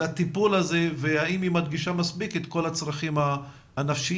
לטיפול הזה והאם היא מדגישה מספיק את כל הצרכים הנפשיים,